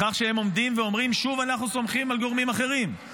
בכך שהם עומדים ואומרים: שוב אנחנו סומכים על גורמים אחרים,